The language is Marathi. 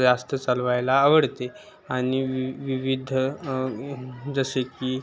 जास्त चालवायला आवडते आणि वि विविध जसे की